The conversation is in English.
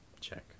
Check